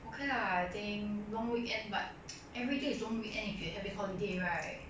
okay lah I think long weekend but everyday is long weekend if you having holiday right